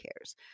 cares